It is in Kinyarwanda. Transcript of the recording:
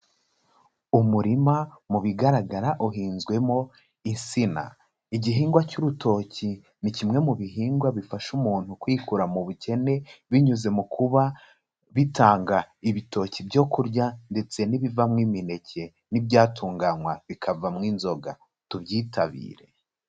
Umurima mu bigaragara uhinzwemo insina, igihingwa cy'urutoki ni kimwe mu bihingwa bifasha umuntu kwikura mu bukene binyuze mu kuba bitanga ibitoki byo kurya ndetse n'ibivamo imineke n'ibyatunganywa bikavamo inzoga tubyitabire.